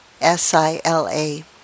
S-I-L-A